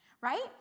right